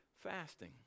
fasting